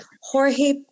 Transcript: Jorge